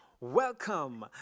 Welcome